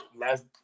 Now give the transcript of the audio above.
last